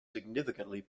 significantly